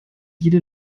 jede